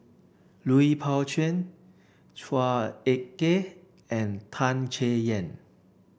Lui Pao Chuen Chua Ek Kay and Tan Chay Yan